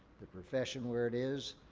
the profession where it is,